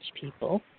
people